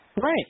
Right